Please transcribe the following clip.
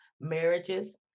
marriages